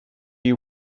you